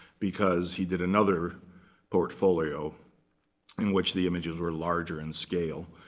because he did another portfolio in which the images were larger in scale.